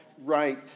right